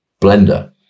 blender